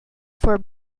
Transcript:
for